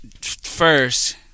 First